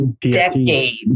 decades